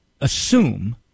assume